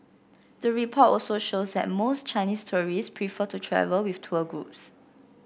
the report also shows that most Chinese tourists prefer to travel with tour groups